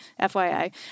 FYI